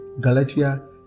Galatia